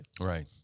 Right